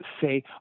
say